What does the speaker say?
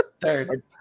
third